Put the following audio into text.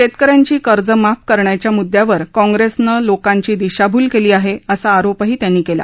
शेतक यांची कर्ज माफ करण्याच्या मुद्द्यावर काँग्रेसनं लोकांची दिशाभूल केली आहे असा आरोपही त्यांनी केला